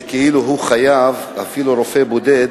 כאילו הוא חייב, אפילו רופא בודד,